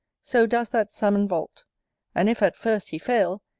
so does that salmon vault and if, at first, he fail,